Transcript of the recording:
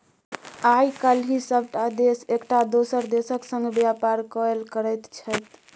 आय काल्हि सभटा देश एकटा दोसर देशक संग व्यापार कएल करैत छै